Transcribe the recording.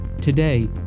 Today